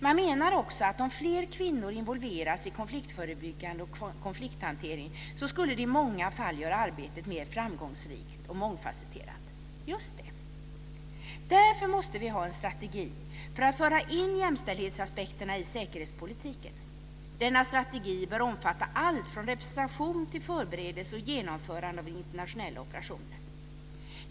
Man menar också att om fler kvinnor involveras i konfliktförebyggande och konflikthantering skulle det i många fall göra arbetet mer framgångsrikt och mångfacetterat. Just det. Därför måste vi ha en strategi för att föra in jämställdhetsaspekterna i säkerhetspolitiken. Denna strategi bör omfatta allt från representation till förberedelse och genomförande av internationella operationer.